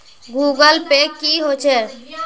Google Pay की होचे?